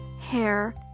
hair